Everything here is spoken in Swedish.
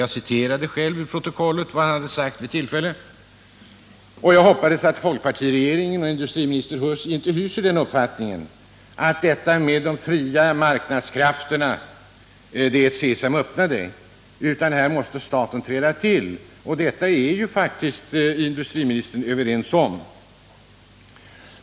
Jag citerade själv ur protokollet vad han vid ett tillfälle sagt. Jag hoppas att folkpartiregeringen och industriminister Huss inte hyser uppfattningen att de fria marknadskrafterna är ett Sesam, öppna dig! Här måste staten träda till och det instämmer faktiskt industriministern i.